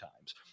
times